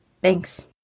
Thanks